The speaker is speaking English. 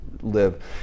live